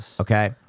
Okay